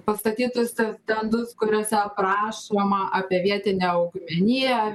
pastatytus stendus kuriuose aprašoma apie vietinę augmeniją